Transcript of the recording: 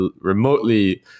remotely